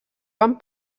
van